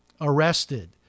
arrested